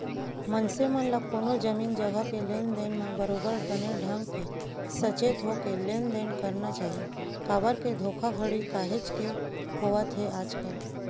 मनसे मन ल कोनो जमीन जघा के लेन देन म बरोबर बने ढंग के सचेत होके लेन देन करना चाही काबर के धोखाघड़ी काहेच के होवत हे आजकल